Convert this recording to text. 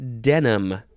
denim